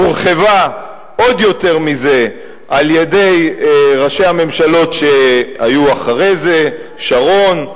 הורחבה עוד יותר מזה על-ידי ראשי הממשלות שהיו אחרי זה: שרון,